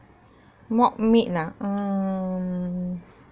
mock meat ah um